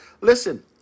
listen